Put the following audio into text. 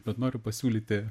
bet noriu pasiūlyti